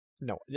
No